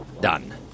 done